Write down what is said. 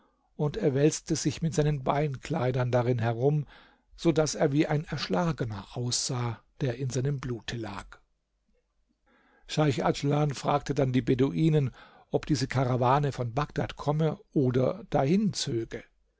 und er wälzte sich mit seinem beinkleidern darin herum so daß er wie ein erschlagener aussah der in seinem blute lag scheich adjlan fragte dann die beduinen ob diese karawane von bagdad komme oder dahin zöge